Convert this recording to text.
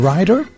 Rider